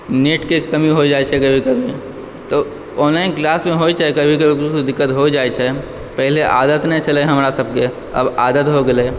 नेटके कमी हो जाइत छै कभी कभी तऽ ऑनलाइन क्लासमे होइत छै कभी कभी कुछ कुछ दिक्कत हो जाइत छै पहिले आदत नहि छलय हमरासभके आब आदत हो गेलय